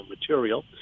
material